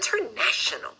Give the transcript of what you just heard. International